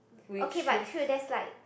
okay but true there's like